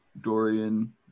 Dorian